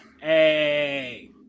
Hey